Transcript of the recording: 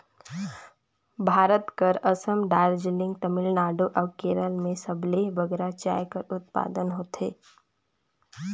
भारत कर असम, दार्जिलिंग, तमिलनाडु अउ केरल में सबले बगरा चाय कर उत्पादन होथे